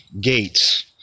gates